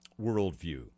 worldview